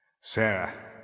Sarah